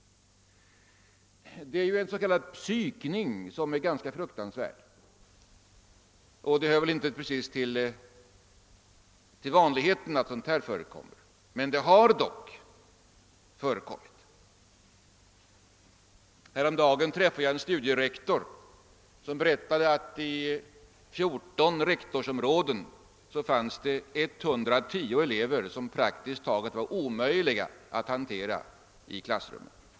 Det är en s.k. psykning som är ganska fruktansvärd. Det hör väl inte precis till vanligheten att sådant förekommer, men det har dock hänt. Häromdagen träffade jag en studierektor som berättade att i 14 rektorsområden fanns 110 elever som praktiskt taget var omöjliga att ha i klassrummen.